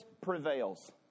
prevails